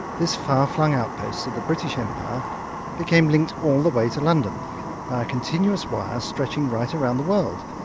this far flung outpost of the british empire became linked all the way to london by a continuous wire stretching right around the world,